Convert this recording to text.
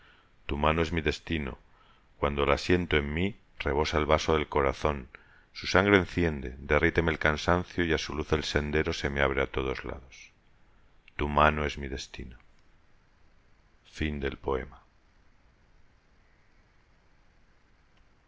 tu mano es mi destino cuando la siento en mí rebosa el vaso del corazón su sangre se me enciende derríteme el cansancio y á su luz el sendero se me abre á todos lados tu mano es mi destino